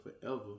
forever